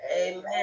Amen